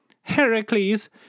Heracles